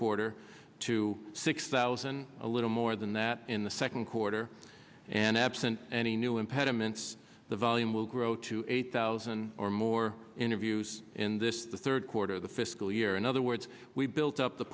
quarter to six thousand a little more than that in the second quarter and absent any new impediments the volume will grow to eight thousand or more interviews in this third quarter of the fiscal year in other words we've built up the